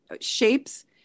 shapes